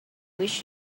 wish